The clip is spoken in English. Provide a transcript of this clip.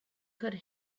could